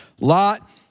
Lot